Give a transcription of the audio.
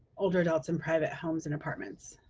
older adults in private homes and apartments?